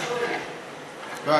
אתה שואל?